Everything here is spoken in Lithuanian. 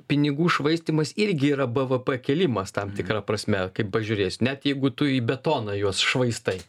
pinigų švaistymas irgi yra bvp kėlimas tam tikra prasme kaip pažiūrėjus net jeigu tu į betoną juos švaistai